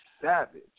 savage